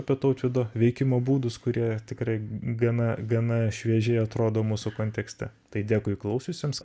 apie tautvydo veikimo būdus kurie tikrai gana gana šviežiai atrodo mūsų kontekste tai dėkui klausiusiems